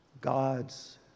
God's